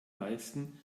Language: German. leisten